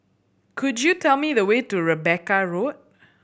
could you tell me the way to Rebecca Road